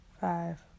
five